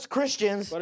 Christians